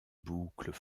boucles